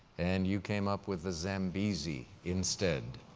and you came up with the zambezi instead.